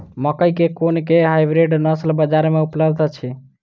मकई केँ कुन केँ हाइब्रिड नस्ल बजार मे उपलब्ध अछि?